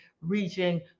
reaching